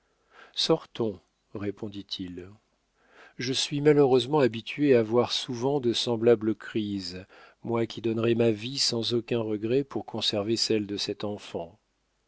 sortons répondit-il je suis malheureusement habitué à voir souvent de semblables crises moi qui donnerais ma vie sans aucun regret pour conserver celle de cet enfant